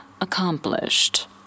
accomplished